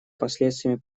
последствиями